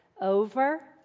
over